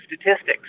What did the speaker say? statistics